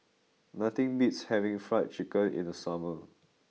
nothing beats having fried chicken in the summer